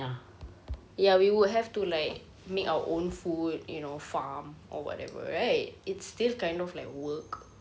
ya we would have to like make our own food you know farm or whatever right it's still kind of like work